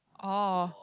oh